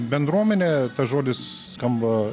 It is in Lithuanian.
bendruomenė tas žodis skamba